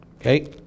Okay